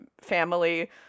family